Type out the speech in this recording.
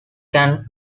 can